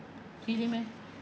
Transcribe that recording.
really meh